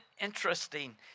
interesting